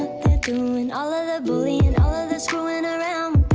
doing all ah of the bullying, and all ah of the screwing ah around